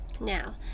Now